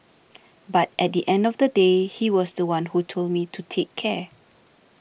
but at the end of the day he was the one who told me to take care